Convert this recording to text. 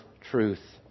truth